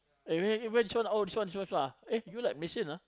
eh where this one oh this one this one this one eh you like machine ah